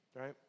right